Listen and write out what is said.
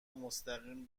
مستقیم